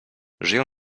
żyją